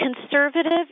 conservative